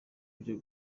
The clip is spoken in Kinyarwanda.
byo